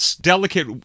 delicate